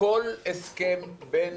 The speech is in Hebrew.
כל הסכם בין